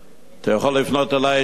אתה יכול לפנות אלי ישירות,